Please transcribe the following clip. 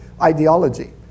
ideology